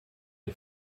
est